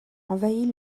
envahit